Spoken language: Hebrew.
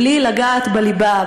בלי לגעת בליבה,